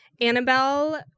Annabelle